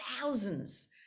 thousands